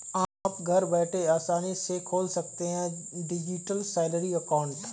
आप घर बैठे आसानी से खोल सकते हैं डिजिटल सैलरी अकाउंट